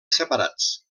separats